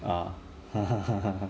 ah